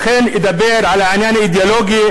לכן אדבר על העניין האידיאולוגי,